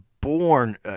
born